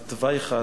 זה תוואי אחד.